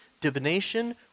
divination